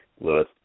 Lewis